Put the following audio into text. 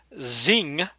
zing